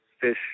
fish